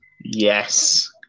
Yes